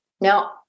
Now